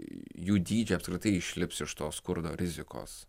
jų dydžio apskritai išlips iš to skurdo rizikos